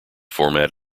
format